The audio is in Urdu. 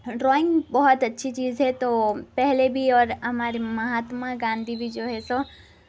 ڈرائنگ بہت اچھی چیز ہے تو پہلے بھی اور ہمارے مہاتما گاندھی بھی جو ہے سو